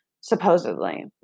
supposedly